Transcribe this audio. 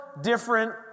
...different